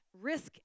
risk